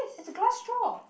it's a glass straw